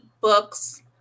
books